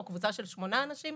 או קבוצה של שמונה אנשים,